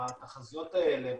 התחזיות האלה,